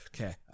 okay